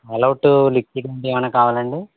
All Out liquid ఇంకేమైనా కావాలండి